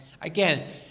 again